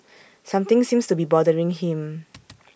something seems to be bothering him